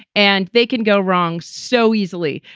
and they can go wrong so easily.